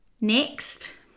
Next